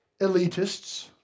elitists